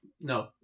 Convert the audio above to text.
no